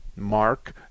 mark